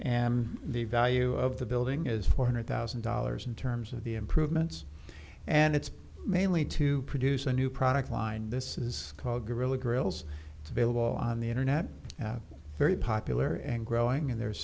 and the value of the building is four hundred thousand dollars in terms of the improvements and it's mainly to produce a new product line this is called gorilla grills available on the internet very popular and growing and there